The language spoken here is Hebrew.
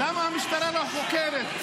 למה המשטרה לא חוקרת?